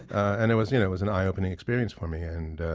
and it was you know it was an eye-opening experience for me. and